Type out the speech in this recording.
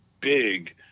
big